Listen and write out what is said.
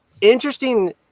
Interesting